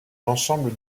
l’ensemble